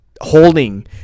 holding